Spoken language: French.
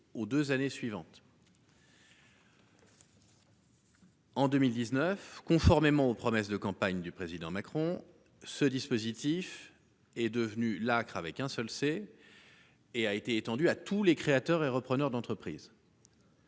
aux deux années suivantes. En 2019, conformément aux promesses de campagne d'Emmanuel Macron, ce dispositif est devenu l'ACRE et a été étendu à tous les créateurs ou repreneurs d'entreprise.